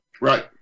Right